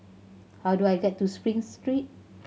how do I get to Spring Street